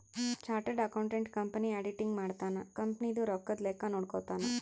chartered accountant company auditing ಮಾಡ್ತನ company ದು ರೊಕ್ಕದ ಲೆಕ್ಕ ನೋಡ್ಕೊತಾನ